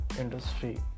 industry